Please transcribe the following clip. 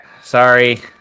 Sorry